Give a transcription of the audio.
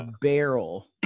barrel